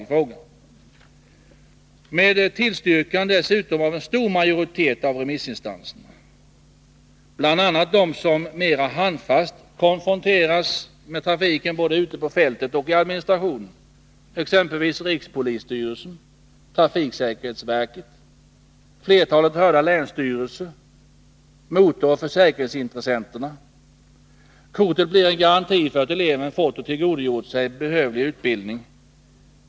Detta har dessutom tillstyrkts av en stor majoritet av remissinstanserna, bl.a. av dem som mer handfast konfronteras med trafiken både ute på fältet och i administrationen, exempelvis rikspolisstyrelsen, trafiksäkerhetsverket, flertalet hörda länsstyrelser och motoroch försäkringsintressenterna. Kortet blir en garanti för att eleven fått och tillgodogjort sig behövlig utbildning.